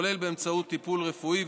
כולל באמצעות טיפול רפואי,